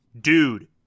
dude